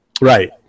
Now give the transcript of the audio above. Right